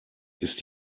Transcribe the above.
ist